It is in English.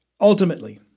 Ultimately